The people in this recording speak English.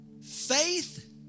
Faith